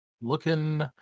Looking